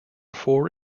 four